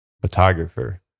photographer